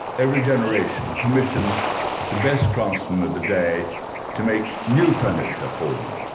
every generation commissioned the best craftsman of the day to make new furniture for them.